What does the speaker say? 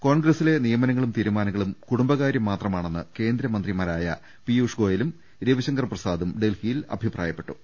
കോൺഗ്രസിലെ നിയമനങ്ങളും തീരുമാനങ്ങളും കുടുംബകാരൃം മാത്രമാണെന്ന് കേന്ദ്രമന്ത്രിമാരായ പീയുഷ് ഗോയലും രവിശങ്കർ പ്രസാദും ഡൽഹിയിൽ അഭിപ്രായപ്പെട്ടു